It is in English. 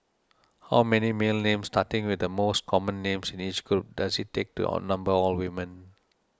how many male names starting with the most common names in each group does it take to outnumber all women